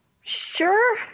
Sure